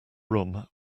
room